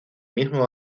mismo